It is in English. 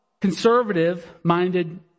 conservative-minded